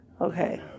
Okay